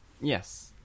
yes